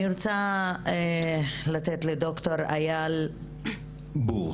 אני רוצה לתת לד"ר איל בורס,